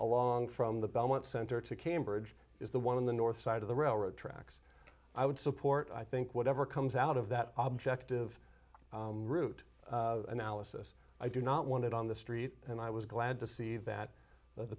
along from the belmont center to cambridge is the one on the north side of the railroad tracks i would support i think whatever comes out of that object of root analysis i do not want it on the street and i was glad to see that